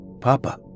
Papa